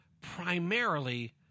primarily